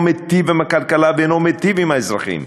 מיטיב עם הכלכלה ואינו מיטיב עם האזרחים.